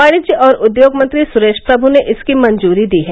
वाणिज्य और उद्योग मंत्री सुरेश प्रभु ने इसकी मंजूरी दी है